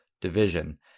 division